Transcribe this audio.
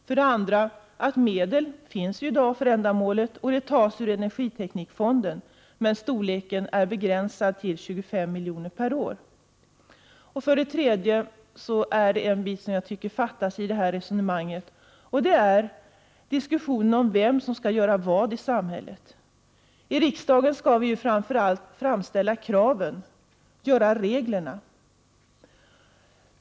För det andra: Medel finns i dag för ändamålet och tas ur energiteknikfonden, men storleken är begränsad till 25 miljoner per år. För det tredje en sak som jag tycker fattas i resonemanget: Diskussionen om vem som skall göra vad i samhället. I riksdagen skall vi framför allt framställa krav och upprätta regler.